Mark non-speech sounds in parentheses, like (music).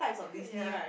(noise) ya